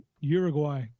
Uruguay